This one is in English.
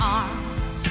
arms